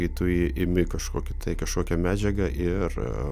kai tu imi kažkokį tai kažkokią medžiagą ir